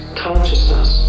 consciousness